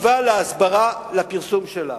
מקציבה להסברה, לפרסום שלה.